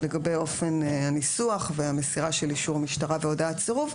לגבי אופן הניסוח והמסירה של אישור משטרה והודעת סירוב,